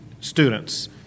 students